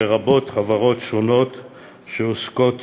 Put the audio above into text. לרבות חברות שונות שעוסקות